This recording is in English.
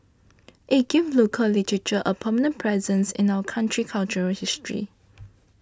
it gives local literature a permanent presence in our country's cultural history